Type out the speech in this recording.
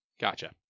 Gotcha